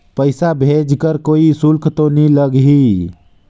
पइसा भेज कर कोई शुल्क तो नी लगही?